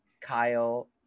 Kyle